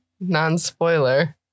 non-spoiler